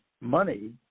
money